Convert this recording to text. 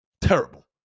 Terrible